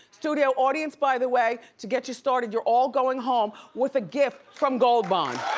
studio audience by the way to get you started you're all going home with a gift from gold bond.